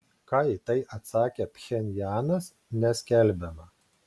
ką į tai atsakė pchenjanas neskelbiama